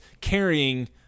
carrying